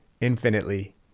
infinitely